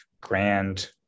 grand